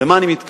למה אני מתכוון?